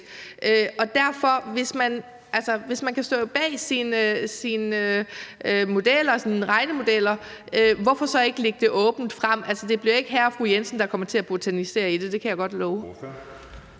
jeg sige: Hvis man kan stå bag sine modeller og sine regnemodeller, hvorfor så ikke lægge det åbent frem? Altså, det bliver ikke hr. og fru Jensen, der kommer til at botanisere i det – det kan jeg godt love.